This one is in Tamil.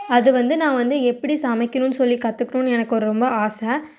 அது வந்து நான் வந்து எப்படி சமைக்கணுன்னு சொல்லி கற்றுக்கணுன்னு எனக்கு ரொம்ப ஆசை